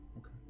Okay